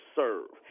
serve